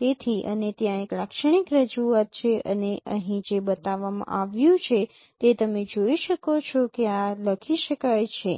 તેથી અને ત્યાં એક લાક્ષણિક રજૂઆત છે અને અહીં જે બતાવવામાં આવ્યું છે તે તમે જોઈ શકો છો કે આ લખી શકાય છે